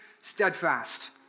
steadfast